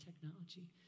technology